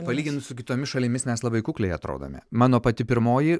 palyginus su kitomis šalimis mes labai kukliai atrodome mano pati pirmoji